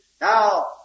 now